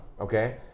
okay